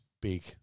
big